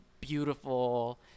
beautiful